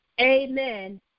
amen